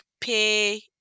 pay